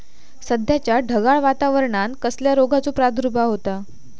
सध्याच्या ढगाळ वातावरणान कसल्या रोगाचो प्रादुर्भाव होता?